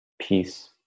peace